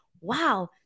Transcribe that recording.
wow